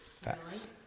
Facts